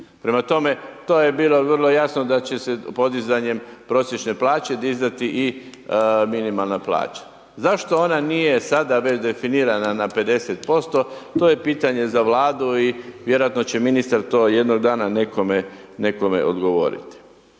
Prema tome to je bilo vrlo jasno da će se podizanjem prosječne plaće dizati i minimalna plaća. Zašto ona nije sada već definirana na 50%? To je pitanje za Vladu i vjerojatno će ministar to jednoga dana nekome, nekome odgovoriti.